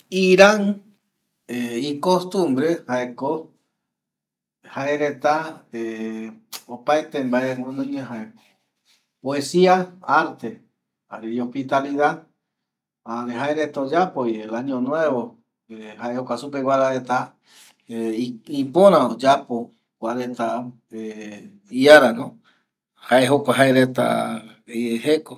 Iran icostumbre jaeko jaereta opaete mbae guinoiva jaeko poesia arte jarevi hospitalidad jare jaereta oyapovi año nuevo jae jokua supeguara reta ipöra oyapo kua reta iarano jae jokua jaereta jeko